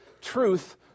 truth